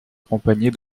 accompagnés